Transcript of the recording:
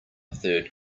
third